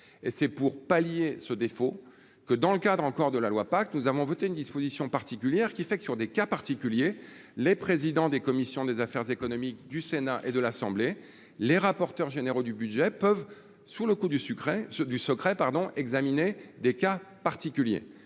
et c'est pour pallier ce défaut que dans le cadre encore de la loi pacte nous avons voté une disposition particulière qui fait que sur des cas particuliers, les présidents des commissions des affaires économiques du Sénat et de l'Assemblée, les rapporteurs généraux du budget peuvent, sous le coup du sucré, du secret, pardon, examiner des cas particuliers